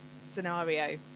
scenario